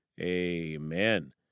amen